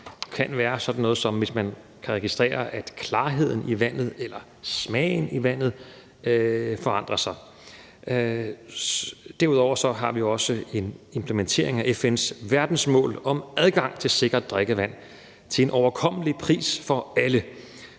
kan være sådan noget som, hvis man kan registrere, at klarheden i vandet eller smagen af vandet forandrer sig. Derudover har vi for det femte også en implementering af FN's verdensmål om adgang til sikkert drikkevand til en overkommelig pris for alle,